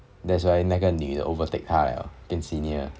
that's why 那个女的 overtake 他 liao 变 senior